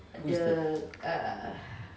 who's that